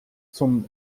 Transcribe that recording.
zum